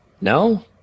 No